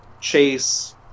Chase